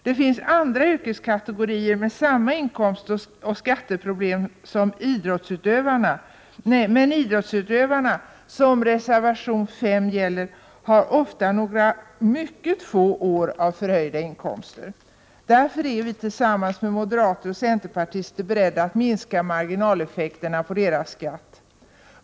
Det finns andra yrkeskatogorier med samma inkomstoch skatteproblem. Men idrottsutövarna, som reservation 5 gäller, har ofta några mycket få år av förhöjda inkomster. Därför är vi tillsammans med moderater och centerpartister beredda att minska marginaleffekterna på deras skatt.